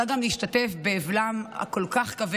הצעת חוק-יסוד: